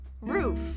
roof